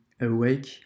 awake